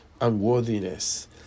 unworthiness